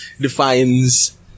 defines